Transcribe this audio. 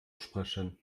sprechen